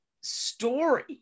story